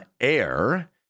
Air